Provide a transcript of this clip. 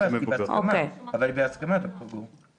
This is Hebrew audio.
אבל היא בהסכמה, ד"ר גור.